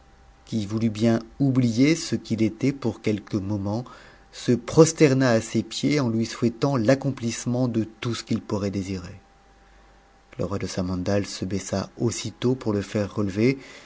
qui voulut bien oublier ce qu'il était our quelques moments se prosterna à ses pieds en lui souhaitant l'accomplissement de tout ce qu'il pourrait désirer le roi de samandal se baissa aussitôt pour le faire relever